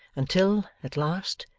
until, at last,